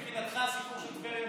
צחי, מבחינתך הסיפור של טבריה מסודר?